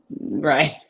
right